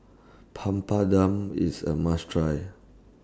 Papadum IS A must Try